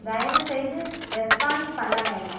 தயவுசெய்து ரெஸ்பான்ஸ் பண்ண வேண்டாம்